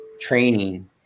training